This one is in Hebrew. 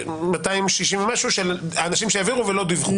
כ-260 של אנשים שהעבירו ולא דיווחו.